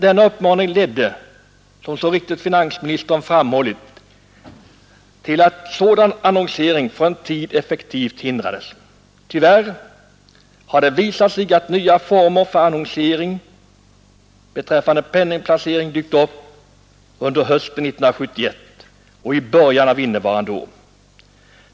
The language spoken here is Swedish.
Denna uppmaning ledde, som finansministern så riktigt framhållit, till att sådan annonsering för en tid effektivt hindrades. Tyvärr har det visat sig att nya former för annonsering beträffande penningplacering dykt upp under hösten 1971 och i början av innevarande år.